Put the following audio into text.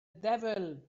devil